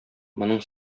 моның